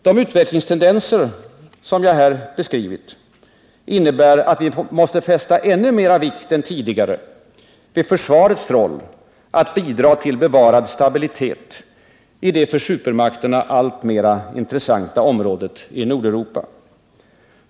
De utvecklingstendenser som jag här beskrivit innebär att vi måste fästa än större vikt än tidigare vid försvarets roll att bidra till bevarad stabilitet i det för supermakterna allt intressantare området i Nordeuropa.